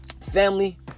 family